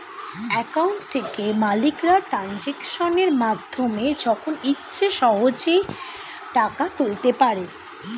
account থেকে মালিকরা ট্রানজাকশনের মাধ্যমে যখন ইচ্ছে সহজেই টাকা তুলতে পারে